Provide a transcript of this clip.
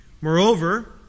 Moreover